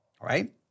right